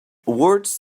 words